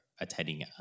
attending